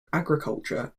agriculture